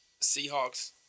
Seahawks